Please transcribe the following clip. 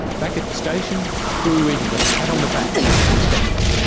back at the station, the crew even got a pat on the back from their inspector.